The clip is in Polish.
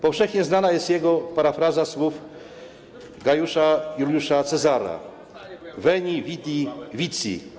Powszechnie znana jest jego parafraza słów Gajusza Juliusza Cezara: Veni, vidi, vici.